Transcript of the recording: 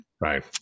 Right